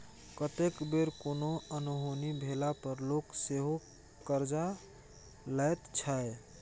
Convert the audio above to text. कतेक बेर कोनो अनहोनी भेला पर लोक सेहो करजा लैत छै